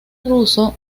ruso